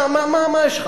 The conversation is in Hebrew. מה יש לך?